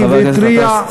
חבר הכנסת גטאס,